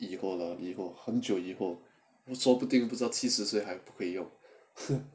以后了以后很久以后说不定知道七十岁还不可以用